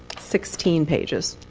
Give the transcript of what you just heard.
sixteen pages.